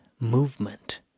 movement